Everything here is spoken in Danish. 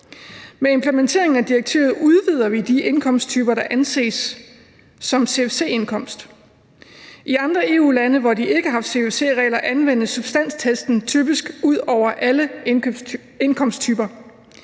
Med implementeringen af direktivet udvider vi de indkomsttyper, der anses som CFC-indkomst. I andre EU-lande, hvor de ikke har haft CFC-regler, anvendes substanstesten typisk på alle indkomsttyper.